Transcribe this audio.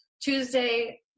Tuesday